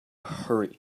hurry